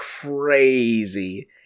crazy